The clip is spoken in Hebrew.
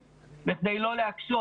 בכדי לא להקשות,